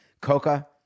Coca